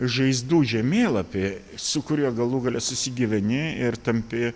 žaizdų žemėlapį su kuriuo galų gale susigyveni ir tampi